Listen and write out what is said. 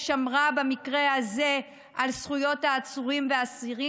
שמרה במקרה הזה על זכויות העצורים והאסירים,